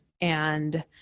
and-